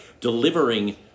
delivering